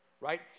Right